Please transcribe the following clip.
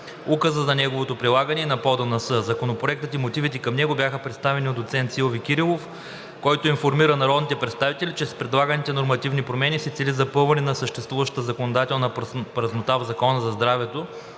указа за неговото прилагане и на ПОДНС. Законопроектът и мотивите към него бяха представени от доцент доктор Силви Кирилов, който информира народните представители, че с предлаганите нормативни промени се цели запълване на съществуващата законодателна празнота в Закона за здравето